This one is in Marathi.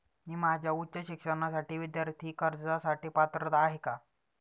मी माझ्या उच्च शिक्षणासाठी विद्यार्थी कर्जासाठी पात्र आहे का?